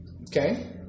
Okay